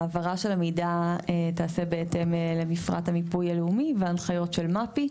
העברה של המידע תיעשה בהתאם למפרט המיפוי הלאומי ולהנחיות של מפ״י.